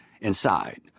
inside